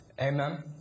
Amen